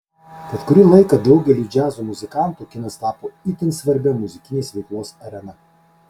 tad kurį laiką daugeliui džiazo muzikantų kinas tapo itin svarbia muzikinės veiklos arena